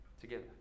together